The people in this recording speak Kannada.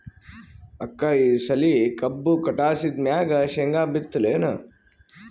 ಅಕ್ಕ ಈ ಸಲಿ ಕಬ್ಬು ಕಟಾಸಿದ್ ಮ್ಯಾಗ, ಶೇಂಗಾ ಬಿತ್ತಲೇನು?